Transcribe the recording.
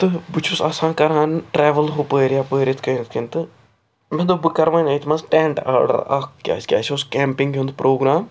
تہٕ بہٕ چھُس آسان کَران ٹرٛاوُل ہُپٲرۍ یَپٲرۍ یِتھٕ کٔنۍ یِتھٕ کٔنۍ تہٕ مےٚ دوٚپ بہٕ کَرٕ وۅنۍ أتھۍ مَنٛز ٹیٚنٛٹ آرڈر اَکھ کیٛازِکہِ اَسہِ اوس کیمپِنٛگ ہُنٛد پرٛوگرام